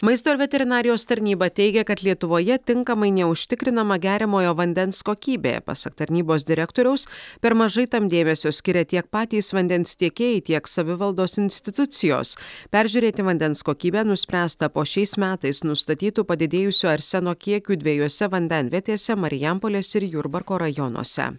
maisto ir veterinarijos tarnyba teigia kad lietuvoje tinkamai neužtikrinama geriamojo vandens kokybė pasak tarnybos direktoriaus per mažai tam dėmesio skiria tiek patys vandens tiekėjai tiek savivaldos institucijos peržiūrėti vandens kokybę nuspręsta po šiais metais nustatytu padidėjusiu arseno kiekiu dviejose vandenvietėse marijampolės ir jurbarko rajonuose